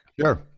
Sure